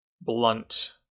blunt